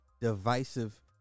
divisive